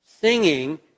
Singing